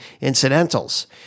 incidentals